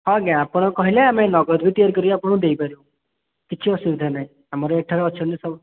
ହଁ ଆଜ୍ଞା ଆପଣ କହିଲେ ଆମେ ନଗଦ ବି ତିଆରି କରିକି ଆପଣଙ୍କୁ ଦେଇପାରିବୁ କିଛି ଅସୁବିଧା ନାହିଁ ଆମର ଏଠାରେ ଅଛନ୍ତି ସବୁ